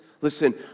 listen